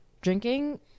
drinking